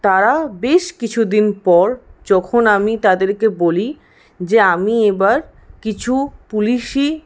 তারা বেশ কিছুদিন পর যখন আমি তাদেরকে বলি যে আমি এবার কিছু পুলিশি